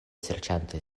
serĉante